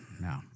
no